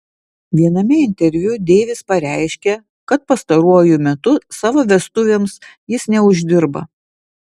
viename interviu deivis pareiškė kad pastaruoju metu savo vestuvėms jis neuždirba